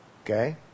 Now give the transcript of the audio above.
Okay